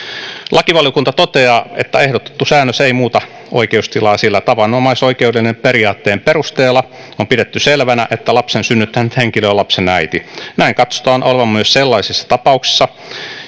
lakivaliokunta toteaa että ehdotettu säännös ei muuta oikeustilaa sillä tavanomaisoikeudellisen periaatteen perusteella on pidetty selvänä että lapsen synnyttänyt henkilö on lapsen äiti näin katsotaan olevan myös sellaisessa tapauksessa